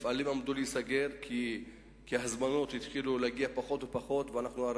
מפעלים עמדו להיסגר כי הגיעו פחות ופחות הזמנות.